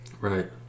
Right